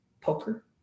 poker